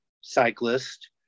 cyclist